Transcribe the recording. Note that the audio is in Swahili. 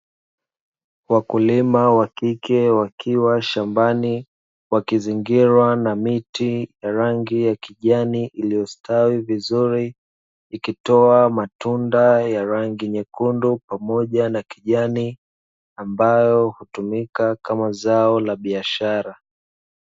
Wakulima wa kike wakiwa shambani wakizingirwa na miti ya rangi ya kijani iliyostawi vizuri, ikitoa matunda yenye rangi nyekundu pamoja na kijani ambayo hutumika kama zao la biashara.